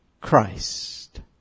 Christ